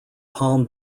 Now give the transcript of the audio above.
palm